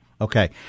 Okay